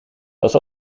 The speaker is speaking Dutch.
pas